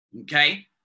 Okay